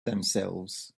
themselves